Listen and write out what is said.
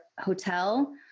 hotel